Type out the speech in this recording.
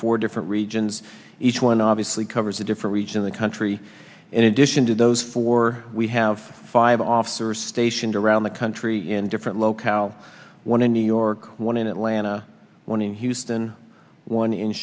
four different regions each one obviously covers a different region the country in addition to those four we have five officers stationed around the country in different locale one in new york one in atlanta one in houston one in